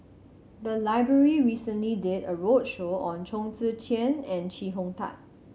the library recently did a roadshow on Chong Tze Chien and Chee Hong Tat